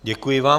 Děkuji vám.